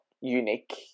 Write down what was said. unique